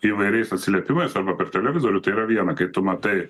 įvairiais atsiliepimais arba per televizorių tai yra viena kai tu matai